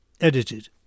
Edited